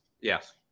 yes